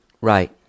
right